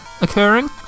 occurring